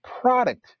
product